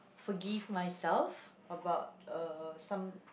forgive myself about uh some